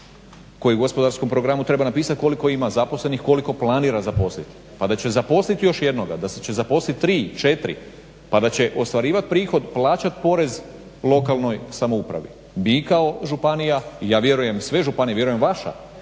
koji u gospodarskom programu treba napisat koliko ima zaposlenih, koliko planira zaposliti pa da će zaposliti još jednoga, da će zaposliti tri, četiri pa da će ostvarivat prihod, plaćat porez lokalnoj samoupravi, bi kao županija i ja vjerujem sve županije, vjerujem vaša,